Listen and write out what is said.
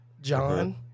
John